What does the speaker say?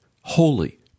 holy